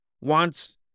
wants